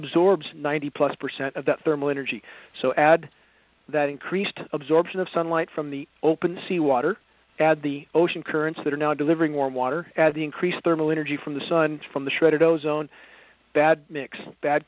absorbs ninety plus percent of the thermal energy so add that increased absorption of sunlight from the open sea water add the ocean currents that are now delivering warm water as the increased thermal energy from the sun from the shredded ozone bad mix bad